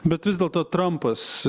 bet vis dėlto trampas